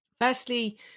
firstly